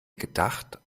gedacht